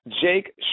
Jake